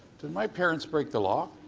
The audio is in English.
did my parents break the law?